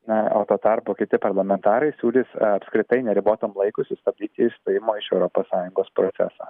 na o tuo tarpu kiti parlamentarai siūlys apskritai neribotam laikui sustabdyt išstojimo iš europos sąjungos procesą